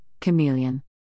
Chameleon